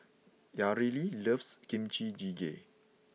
Yareli loves Kimchi Jjigae